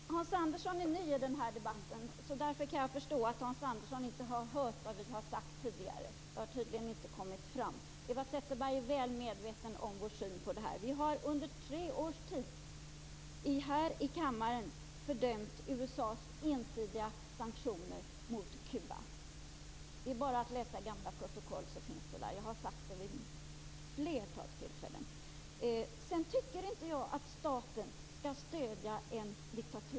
Fru talman! Hans Andersson är ny i den här debatten. Därför kan jag förstå att Hans Andersson inte har hört vad vi har sagt tidigare. Det har tydligen inte kommit fram. Eva Zetterberg är väl medveten om vår syn på detta. Under tre års tid har vi här i kammaren fördömt USA:s ensidiga sanktioner mot Kuba. Det är bara att läsa gamla protokoll. Det finns där. Jag har sagt det vid ett flertal tillfälle. Sedan tycker inte jag att staten skall stödja en diktaturstat.